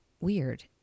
weird